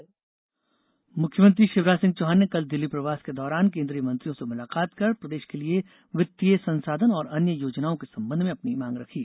CM मुलाकात मुख्यमंत्री शिवराज सिंह चौहान ने कल दिल्ली प्रवास के दौरान केन्द्रीय मंत्रियों से मुलाकात कर प्रदेश के लिये वित्तीय संसाधन और अन्य योजनाओं के संबंध में अपनी मांग रखी